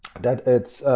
that it's,